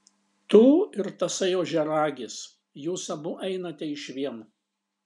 tu ir tasai ožiaragis jūs abu einate išvien